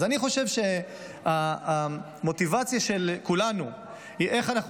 אני חושב שהמוטיבציה של כולנו היא איך אנחנו